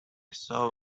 saw